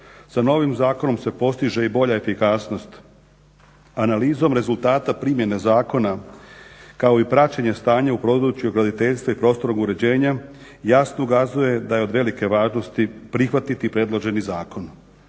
Sa novim zakonom se postiže i bolja efikasnost. Analizom rezultata primjene zakona, kao i praćenje stanja u području graditeljstva i prostornog uređenja jasno ukazuje da je od velike važnosti prihvatiti predloženi zakon.